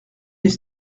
des